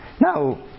Now